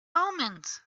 omens